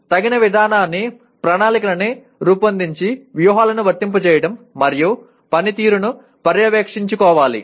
తగిన విధానాన్ని ప్రణాళికని రూపొందించి వ్యూహాలను వర్తింపజేయడం మరియు పనితీరును పర్యవేక్షించుకోవాలి